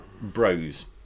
bros